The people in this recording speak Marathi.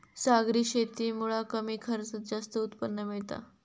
सागरी शेतीमुळा कमी खर्चात जास्त उत्पन्न मिळता